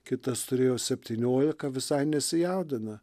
kitas turėjo septyniolika visai nesijaudina